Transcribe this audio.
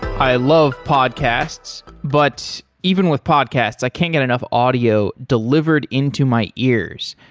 i love podcasts, but even with podcasts i can't get enough audio delivered into my ears.